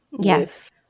Yes